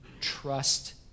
trust